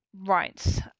right